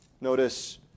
Notice